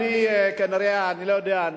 תמיד אפשר לשנות.